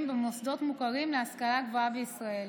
במוסדות מוכרים להשכלה גבוהה בישראל.